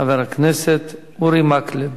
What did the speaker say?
חבר הכנסת אורי מקלב.